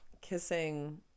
kissing